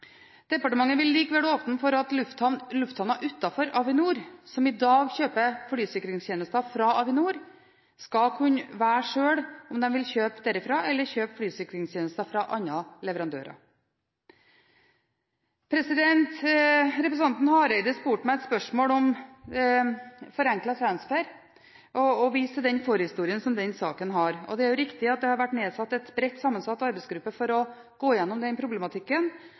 Departementet vil likevel åpne for at lufthavner utenfor Avinor som i dag kjøper flysikringstjenester av Avinor, sjøl skal kunne velge om de vil kjøpe derfra eller kjøpe flysikringstjenester fra andre leverandører. Representanten Hareide stilte meg et spørsmål om forenklet transfer og viste til den forhistorien som den saken har. Det er riktig at det har vært nedsatt en bredt sammensatt arbeidsgruppe for å gå igjennom den problematikken,